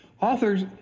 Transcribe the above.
Authors